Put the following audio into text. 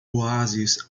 oásis